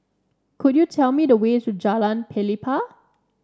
could you tell me the way to Jalan Pelepah